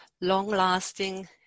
long-lasting